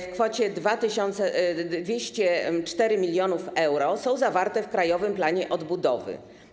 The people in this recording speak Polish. w kwocie 204 mln euro są zawarte w Krajowym Planie Obudowy.